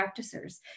practicers